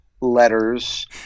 letters